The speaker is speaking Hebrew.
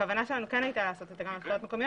הכוונה שלנו כן הייתה לעשות את זה גם על בחירות מקומיות